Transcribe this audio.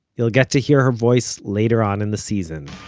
you'll get to hear her voice later on in the season